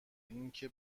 اینکه